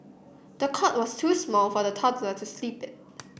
the cot was too small for the toddler to sleep in